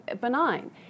benign